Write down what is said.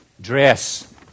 Dress